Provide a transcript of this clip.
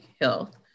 health